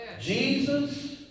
Jesus